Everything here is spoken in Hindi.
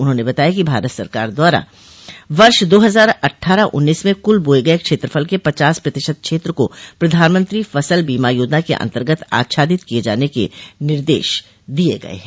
उन्होंने बताया कि भारत सरकार द्वारा वर्ष दो हजार अट्ठारह उन्नीस में कुल बोये गये क्षेत्रफल के पचास प्रतिशत क्षेत्र को प्रधानमंत्री फसल बीमा योजना के अन्तर्गत आच्छादित किये जाने के निर्देश दिये गये हैं